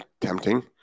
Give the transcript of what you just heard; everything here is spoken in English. tempting